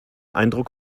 eindruck